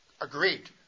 agreed